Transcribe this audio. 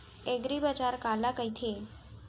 एगरीबाजार काला कहिथे?